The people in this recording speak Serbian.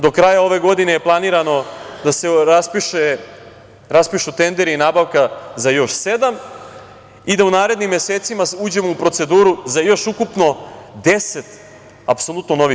Do kraja ove godine je planirano da se raspišu tender i nabavka za još sedam i da u narednim mesecima uđemo u proceduru za još ukupno 10 apsolutno novih